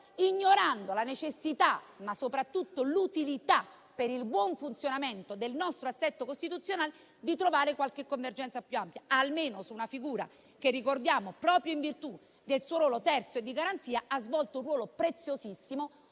ignorando la necessità, ma soprattutto l'utilità per il buon funzionamento del nostro assetto costituzionale di trovare qualche convergenza più ampia, almeno su una figura che - ricordiamolo - proprio in virtù del suo ruolo terzo e di garanzia, ha svolto un ruolo preziosissimo